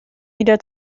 wieder